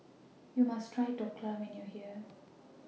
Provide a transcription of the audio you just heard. YOU must Try Dhokla when YOU Are here